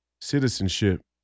citizenship